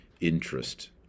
interest